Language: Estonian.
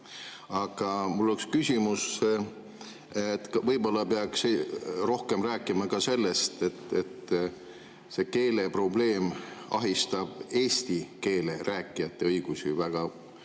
Aga mul oleks küsimus. Võib-olla peaks rohkem rääkima ka sellest, et see keeleprobleem ahistab eesti keele rääkijate õigusi mitmes